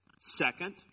Second